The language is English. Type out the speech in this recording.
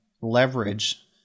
leverage